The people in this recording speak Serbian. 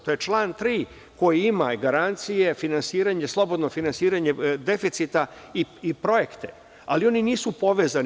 To je član 3. koji ima i garancije, finansiranje, slobodno finansiranje deficita i projekte, ali oni nisu povezani.